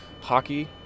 Hockey